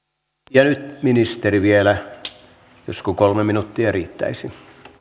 ja nyt ministeri vielä josko kolme minuuttia riittäisi